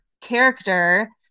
character